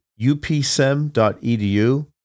upsem.edu